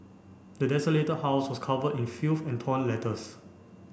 the desolated house was covered in filth and torn letters